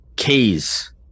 Keys